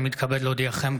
אני מתכבד להודיעכם,